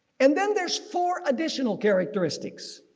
and then there's four additional characteristics.